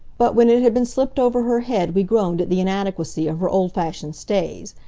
but when it had been slipped over her head we groaned at the inadequacy of her old-fashioned stays.